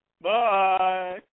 Bye